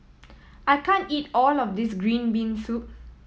I can't eat all of this green bean soup